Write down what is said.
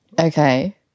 Okay